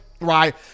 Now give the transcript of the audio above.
right